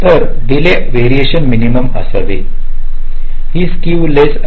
तर delay variation minimum असावे हा स्क्क्यू लेस असेल